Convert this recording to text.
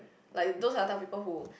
like those are the type of people who